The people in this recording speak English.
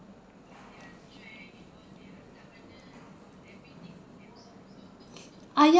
ah ya